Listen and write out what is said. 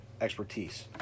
expertise